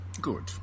Good